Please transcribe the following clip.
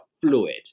fluid